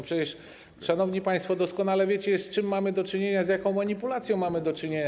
Przecież, szanowni państwo, doskonale wiecie, z czym mamy do czynienia, z jaką manipulacją mamy do czynienia.